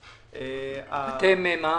בבקשה.